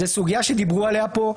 זאת סוגיה שדיברו עליה פה.